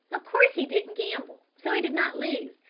of course he didn't gamble, so he did not lose.